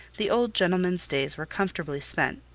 the old gentleman's days were comfortably spent.